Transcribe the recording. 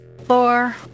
Floor